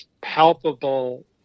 palpable